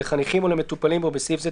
לחניכים או למטופלים בו (בסעיף זה,